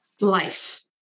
life